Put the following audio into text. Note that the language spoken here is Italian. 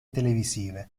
televisive